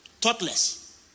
thoughtless